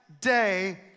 day